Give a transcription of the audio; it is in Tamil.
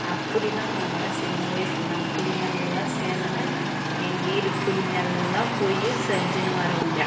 அப்படிதான் நாங்கள்லாம் சின்ன வயசில் நாங்கள் புள்ளைங்கள்லாம் சேர்ந்துனு எங்கீடு புள்ளைங்கள்லாம் போய் செஞ்சினு வருவோங்க